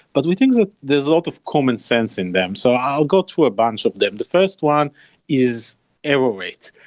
but we think that there's a lot of common sense in them. so i'll go through a bunch of them. the first one is error weight.